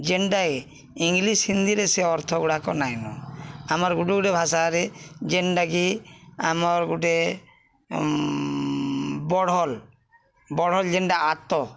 ଯେନ୍ଟାକି ଇଂଲିଶ୍ ହିନ୍ଦୀରେ ସେ ଅର୍ଥଗୁଡ଼ାକ ନାଇଁନ ଆମର୍ ଗୋଟେ ଗୋଟେ ଭାଷାରେ ଯେନ୍ଟାକି ଆମର୍ ଗୁଟେ ବଢ଼ଲ୍ ବଢ଼ଲ୍ ଯେନ୍ଟା ଆତ